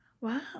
wow